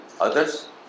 others